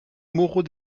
moreau